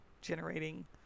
generating